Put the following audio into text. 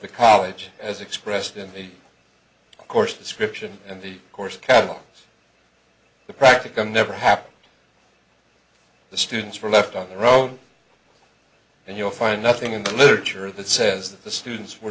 the college as expressed in the course description and the course catalog the practicum never happened the students were left on the road and you'll find nothing in the literature that says that the students